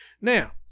Now